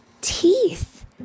teeth